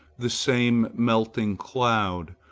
the same melting cloud,